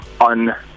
on